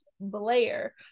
Blair